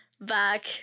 back